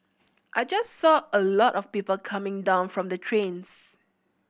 I just saw a lot of people coming down from the trains